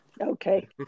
Okay